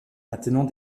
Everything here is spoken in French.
maintenant